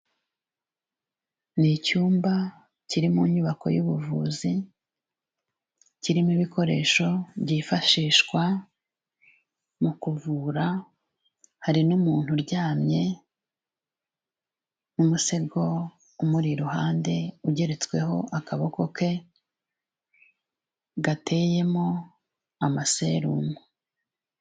Ni icyumba kiri mu nyubako y'ubuvuzi, kirimo ibikoresho byifashishwa mu kuvura, hari n'umuntu uryamye, umusego umuri iruhande ugeretsweho akaboko ke, gateyemo amaserumu.